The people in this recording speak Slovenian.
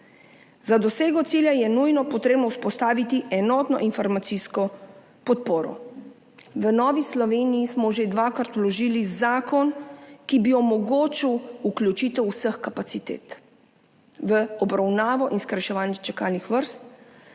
Za dosego cilja je nujno treba vzpostaviti enotno informacijsko podporo. V Novi Sloveniji smo že dvakrat vložili zakon, ki bi omogočil vključitev vseh kapacitet v obravnavo in skrajševanje čakalnih vrst,